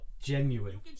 Genuine